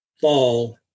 fall